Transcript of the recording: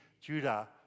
judah